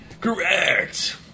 Correct